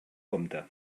compte